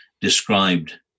described